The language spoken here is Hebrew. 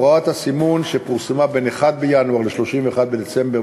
הוראת סימון שפורסמה בין 1 בינואר ל-31 בדצמבר